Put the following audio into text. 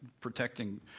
protecting